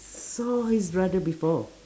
saw his brother before